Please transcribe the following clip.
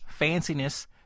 fanciness